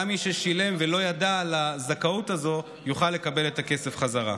גם מי ששילם ולא ידע על הזכאות הזו יוכל לקבל את הכסף בחזרה.